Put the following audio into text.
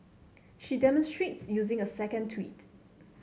she demonstrates using a second tweet